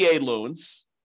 loans